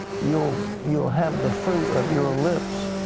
you you will have the fruit of your lips.